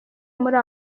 muri